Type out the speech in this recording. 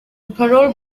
parole